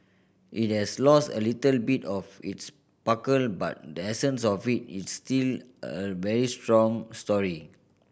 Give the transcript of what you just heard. it has lost a little bit of its sparkle but the essence of it is still a very strong story